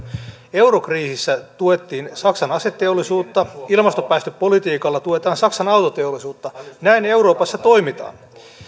eurokriisissä tuettiin saksan aseteollisuutta ilmasto ja päästöpolitiikalla tuetaan saksan autoteollisuutta näin euroopassa toimitaan